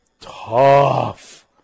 tough